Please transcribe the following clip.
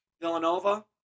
Villanova